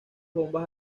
bombas